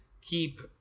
Keep